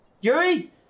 Yuri